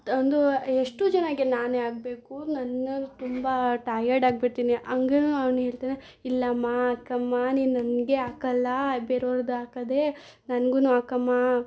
ಒಂದು ಎಷ್ಟು ಜನರಿಗೆ ನಾನೇ ಹಾಕ್ಬೇಕು ನನ್ನಲ್ಲಿ ತುಂಬ ಟಯರ್ಡಾಗ್ಬಿಡ್ತಿನಿ ಹಂಗೆ ನಾನೇಳ್ತೆನೆ ಇಲ್ಲಮ್ಮ ಅಕ್ಕಮ್ಮ ನೀನು ನನಗೆ ಹಾಕಲ್ಲ ಬೇರೋರ್ದು ಹಾಕದೆ ನನ್ಗು ಹಾಕಮ್ಮಾ